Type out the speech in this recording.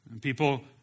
People